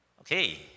Okay